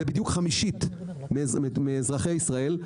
זה בדיוק חמישית מאזרחי ישראל.